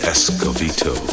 Escovito